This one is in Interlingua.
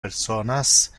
personas